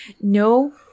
No